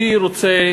אני רוצה